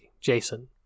Jason